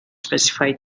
specify